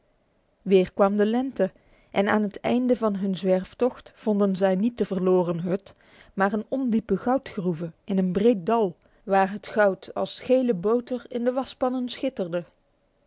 weer kwam de lente en aan het einde van hun zwerftocht vonden zij niet de verloren hut maar een ondiepe goudgroeve in een breed dal waar het goud als gele boter in de waspannen schitterde